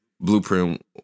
Blueprint